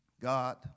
God